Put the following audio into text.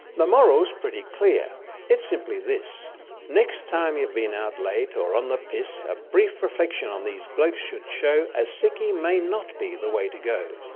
the moral's pretty clear it's simply this next time you've been out late, or on the piss a brief reflection on these blokes should show a sickie may not be the way to go.